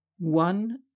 One